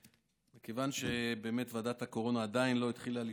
מכיוון שבאמת ועדת הקורונה עדיין לא התחילה לפעול,